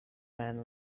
man